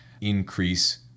increase